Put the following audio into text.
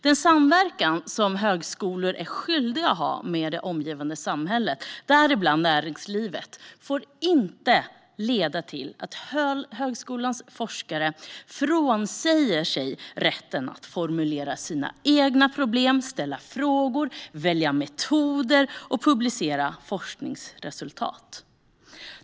Den samverkan som högskolor är skyldiga att ha med det omgivande samhället, däribland näringslivet, får inte leda till att högskolans forskare frånsäger sig rätten att formulera sina egna problem, ställa frågor, välja metoder och publicera forskningsresultat.